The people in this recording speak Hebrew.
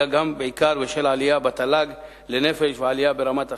אלא גם ובעיקר בשל העלייה בתל"ג לנפש והעלייה ברמת החיים.